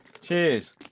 Cheers